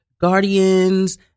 guardians